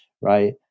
right